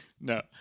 No